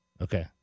Okay